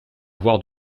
avoir